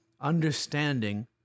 understanding